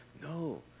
No